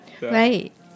Right